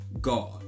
God